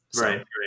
Right